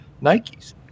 Nike's